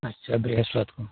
अच्छा बृहस्पत को